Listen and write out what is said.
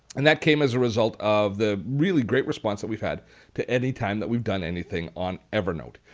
and that came as a result of the really great response that we've had to any time that we've done anything on evernote.